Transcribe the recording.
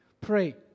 pray